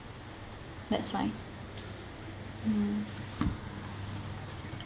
that's why mm